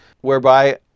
whereby